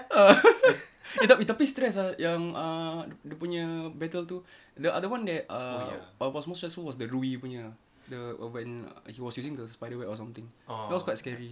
err tapi tapi stress ah yang err dia punya battle tu the other one that err was more stressful was the punya the aven~ he was using the spider web or something that was quite scary